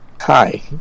Hi